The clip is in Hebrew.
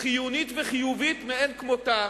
חיונית וחיובית מאין כמותה,